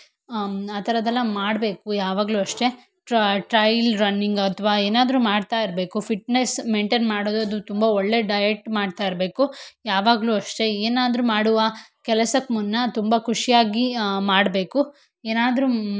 ಆ ಥರದ್ದೆಲ್ಲ ಮಾಡಬೇಕು ಯಾವಾಗಲೂ ಅಷ್ಟೆ ಟ್ರೈ ಟ್ರೈಲ್ ರನ್ನಿಂಗ್ ಅಥವಾ ಏನಾದರೂ ಮಾಡ್ತಾ ಇರಬೇಕು ಫಿಟ್ನೆಸ್ ಮೈಂಟೈನ್ ಮಾಡೋದದು ತುಂಬ ಒಳ್ಳೆಯ ಡಯಟ್ ಮಾಡ್ತಾ ಇರಬೇಕು ಯಾವಾಗಲೂ ಅಷ್ಟೆ ಏನಾದರೂ ಮಾಡುವ ಕೆಲಸಕ್ಕೆ ಮುನ್ನ ತುಂಬ ಖುಷಿಯಾಗಿ ಮಾಡಬೇಕು ಏನಾದರೂ